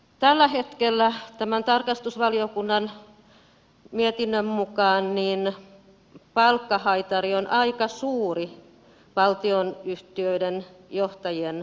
tällä hetkellä tämän tarkastusvaliokunnan mietinnön mukaan palkkahaitari on aika suuri valtionyhtiöiden johtajien keskuudessa